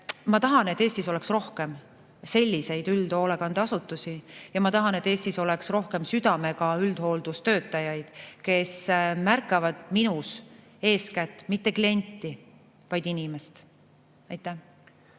Ma tahan, et Eestis oleks rohkem selliseid üldhoolekandeasutusi, ja ma tahan, et Eestis oleks rohkem südamega üldhooldustöötajaid, kes märkaksid minus eeskätt mitte klienti, vaid inimest. Kert